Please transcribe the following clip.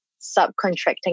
subcontracting